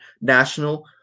National